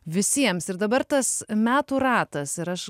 visiems ir dabar tas metų ratas ir aš